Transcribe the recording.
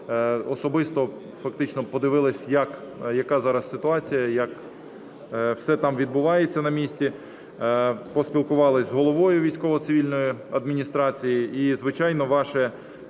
особисто фактично подивилися, яка зараз ситуація, як все там відбувається на місці, поспілкувалися з Головою Військово-цивільної